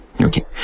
Okay